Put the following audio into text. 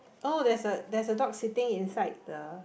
oh there's a there's a dog sitting inside the